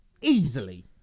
easily